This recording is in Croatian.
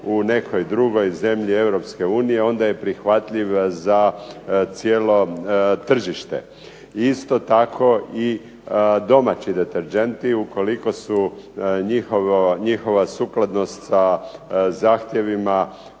u nekoj drugoj zemlji Europske unije onda je prihvatljiv za cijelo tržište. Isto tako i domaći deterdženti ukoliko je njihova sukladnost sa zahtjevima